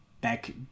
back